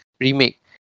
remake